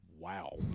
Wow